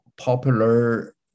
popular